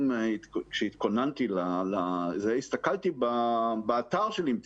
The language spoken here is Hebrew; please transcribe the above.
כשהתכוננתי לוועדה הסתכלתי באתר של "אם תרצו".